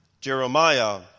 Jeremiah